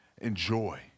enjoy